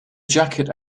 jacket